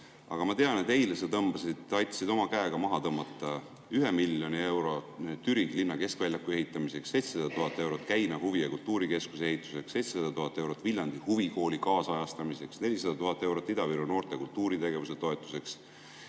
Aga ma tean, et eile sa tõmbasid, aitasid oma käega maha tõmmata 1 miljon eurot Türi linna keskväljaku ehitamiseks, 700 000 eurot Käina Huvi‑ ja Kultuurikeskuse ehituseks, 700 000 eurot Viljandi Huvikooli kaasajastamiseks, 400 000 eurot Ida-Viru noorte kultuuritegevuse toetuseks,